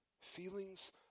Feelings